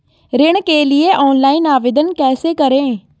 ऋण के लिए ऑनलाइन आवेदन कैसे करें?